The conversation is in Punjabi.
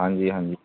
ਹਾਂਜੀ ਹਾਂਜੀ